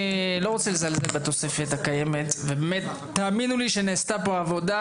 אני לא רוצה לזלזל בתוספת הקיימת ובאמת תאמינו לי שנעשתה פה עבודה,